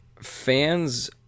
fans